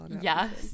Yes